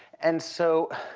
and so